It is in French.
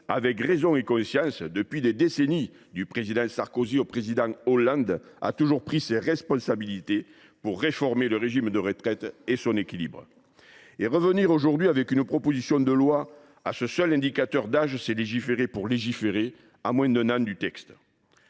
avec raison et conscience, depuis des décennies, du président Sarkozy au président Hollande, a toujours pris ses responsabilités pour réformer le régime des retraites et son équilibre. Revenir aujourd’hui avec cette proposition de loi pour modifier ce seul indicateur d’âge, c’est légiférer pour légiférer, moins d’un an après